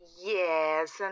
Yes